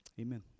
Amen